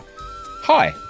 Hi